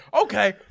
Okay